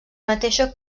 mateixa